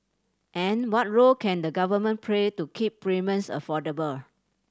and what role can the government play to keep affordable